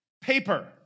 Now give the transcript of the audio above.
Paper